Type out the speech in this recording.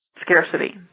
scarcity